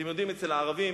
אצל הערבים